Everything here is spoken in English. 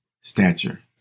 stature